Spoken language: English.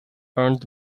earned